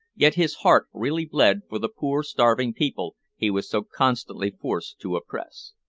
yet his heart really bled for the poor starving people he was so constantly forced to oppress.